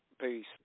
peace